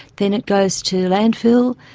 then it goes to landfill.